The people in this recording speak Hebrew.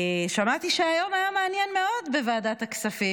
שמעתי שהיום היה מעניין מאוד בוועדת הכספים.